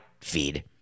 feed